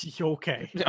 Okay